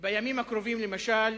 בימים הקרובים, למשל,